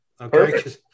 okay